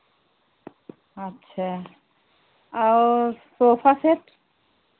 अच्छे और sofa set